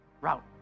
route